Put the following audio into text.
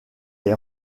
est